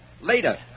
later